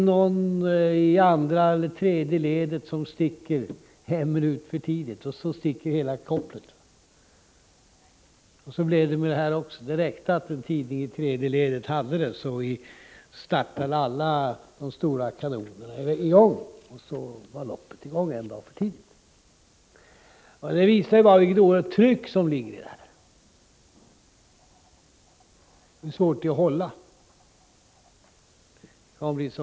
Någon i andra eller tredje ledet sticker en minut för tidigt, och sedan sticker hela kopplet. Så blev det också med budgeten. Det räckte att en tidning i tredje ledet hade nyheten om budgetpropositionen. Då startade alla de stora kanonerna, och så var loppet i gång en dag för tidigt. Detta visar vilket oerhört tryck det är på tidningarna, hur svårt det är att hålla inne med informationen.